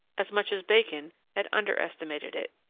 as much as bacon had underestimated it.